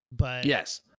Yes